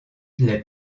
les